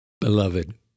Beloved